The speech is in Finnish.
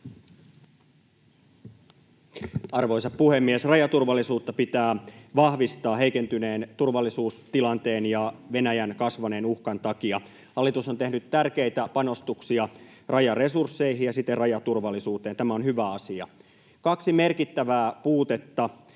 Arvoisa puhemies! Rajaturvallisuutta pitää vahvistaa heikentyneen turvallisuustilanteen ja Venäjän kasvaneen uhkan takia. Hallitus on tehnyt tärkeitä panostuksia rajaresursseihin ja siten rajaturvallisuuteen. Tämä on hyvä asia. Kaksi merkittävää puutetta